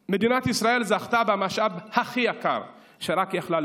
מדינת ישראל זכתה במשאב הכי יקר שרק יכלה לבקש: